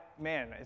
man